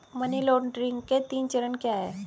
Money laundering के तीन चरण क्या हैं?